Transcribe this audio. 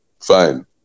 Fine